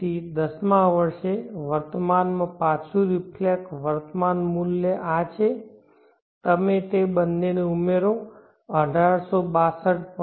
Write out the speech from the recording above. તેથી દસમા વર્ષે વર્તમાનમાં પાછું રિફ્લેક્ટવર્તમાન મૂલ્ય આ છે તમે તે બંનેને ઉમેરો 1862